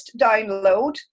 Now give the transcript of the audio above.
download